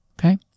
okay